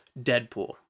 Deadpool